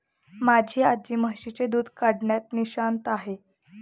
माझी आजी म्हशीचे दूध काढण्यात निष्णात आहे